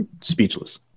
speechless